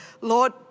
Lord